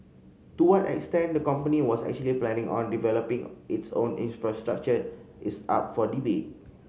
to what extent the company was actually planning on developing its own infrastructure is up for debate